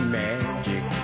magic